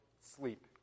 sleep